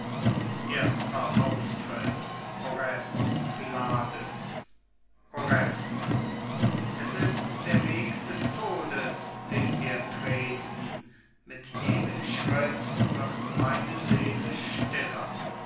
erster auftritt orest pylades orest es ist der weg des todes den wir treten mit jedem schritt wird meine seele stiller